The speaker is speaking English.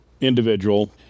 individual